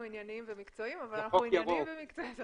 ענייניים ומקצועיים אבל אנחנו ענייניים ומקצועיים.